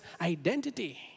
identity